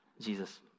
Jesus